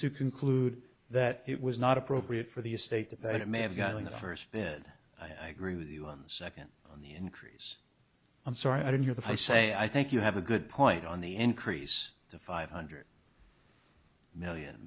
to conclude that it was not appropriate for the estate that they may have gotten the first bid i agree with you on the second on the increase i'm sorry i didn't hear that i say i think you have a good point on the increase to five hundred million